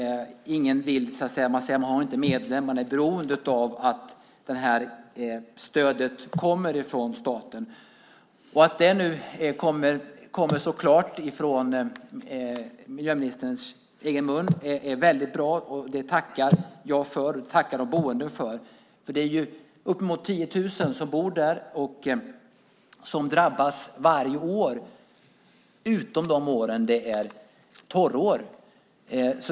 Man säger att man inte har medlen, och man är beroende av att stödet från staten kommer. Det är bra att det kommer klart besked nu från miljöministerns egen mun. Det tackar jag för och det tackar de boende för. Det är uppemot 10 000 människor som bor i området och som drabbas varje år, utom de år som är torrår.